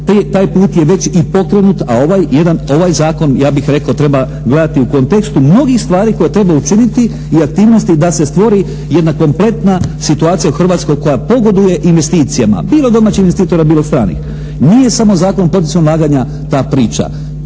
Taj put je već i pokrenut, a ovaj jedan, ovaj zakon ja bih rekao treba gledati u kontekstu mnogih stvari koje treba učiniti i aktivnosti da se stvori jedna kompletna situacija u Hrvatskoj koja pogoduje investicijama bilo domaćih investitora, bilo stranih. Nije samo Zakon o poticajima ulaganja ta priča.